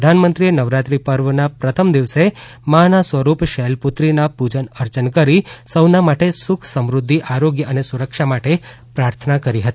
પ્રધાનમંત્રીએ નવરાત્રી પર્વનાં પ્રથમ દિવસે માના સ્વરૂપ શૈલપુત્રીનાં પૂજન અર્ચન કરી સૌના માટે સુખ સમૃઘ્ઘિ આરોગ્ય અને સુરક્ષા માટે પ્રાર્થના કરી હતી